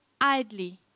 idly